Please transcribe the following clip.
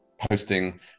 posting